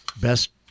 best